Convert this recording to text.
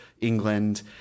England